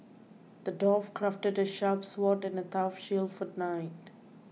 the dwarf crafted a sharp sword and a tough shield for the knight